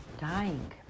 dying